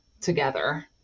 together